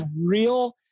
Real